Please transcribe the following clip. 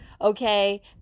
Okay